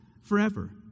forever